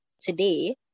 today